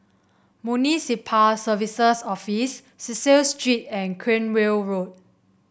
Municipal Services Office Cecil Street and Cranwell Road